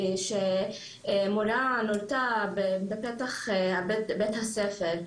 שמורה --- בפתח בית הספר,